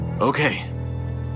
Okay